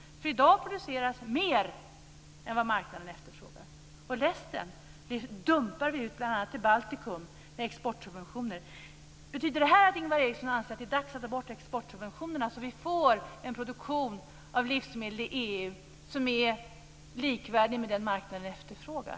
I dag produceras mer än vad marknaden efterfrågar, och resten dumpar vi bl.a. till Baltikum med exportsubventioner. Betyder det här att Ingvar Eriksson anser att det är dags att ta bort exportsubventionerna, så att vi får en produktion av livsmedel i EU som är likvärdig med den som marknaden efterfrågar?